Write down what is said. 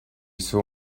saw